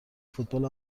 فوتبال